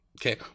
Okay